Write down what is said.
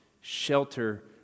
shelter